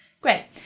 Great